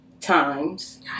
times